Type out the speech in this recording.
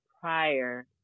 prior